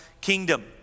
kingdom